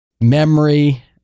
memory